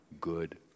good